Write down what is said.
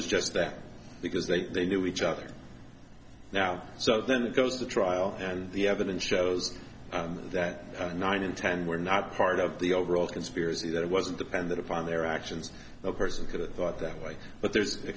was just that because they thought they knew each other now so then it goes to trial and the evidence shows that nine in ten were not part of the overall conspiracy that wasn't dependent upon their actions a person could have thought that way but there's a